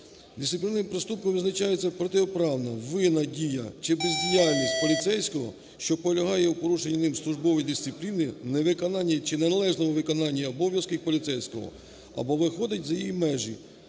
Дисциплінарним проступком визнається протиправна, винна дія чи бездіяльність поліцейського, що полягає в порушенні ним службової дисципліни, невиконанні чи неналежному виконанні обов'язків поліцейського або виходить за їх межі,